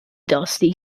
dusty